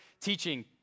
teaching